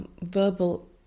verbal